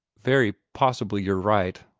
very possibly you're right,